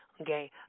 okay